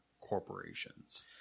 corporations